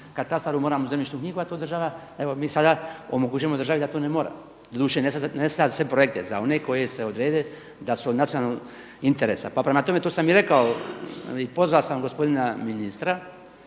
katastar, moram u zemljišnu knjigu a to država, evo mi sada omogućujemo državi da to ne mora, doduše ne za sve projekte, za one koji se odrede da su od nacionalnog interesa. Pa prema tome to sam i rekao i pozvao sam gospodina ministra